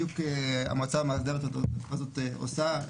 בדיוק המועצה המאסדרת הזאת עושה.